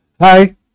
hi